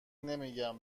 نمیگم